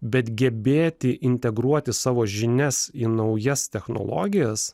bet gebėti integruoti savo žinias į naujas technologijas